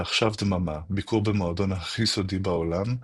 ועכשיו דממה ביקור במועדון הכי סודי בעולם,